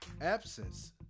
Absence